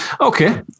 okay